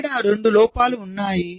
ఇక్కడ రెండు లోపాలు ఉన్నాయి